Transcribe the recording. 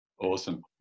awesome